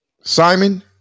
Simon